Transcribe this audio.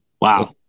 Wow